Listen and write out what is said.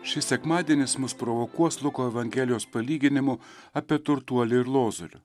šis sekmadienis mus provokuos luko evangelijos palyginimu apie turtuolį ir lozorių